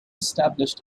established